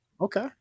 okay